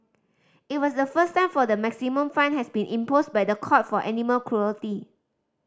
it was the first time for the maximum fine has been imposed by the court for animal cruelty